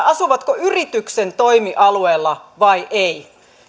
asuvatko yrityksen toimialueella vai